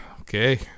Okay